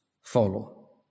follow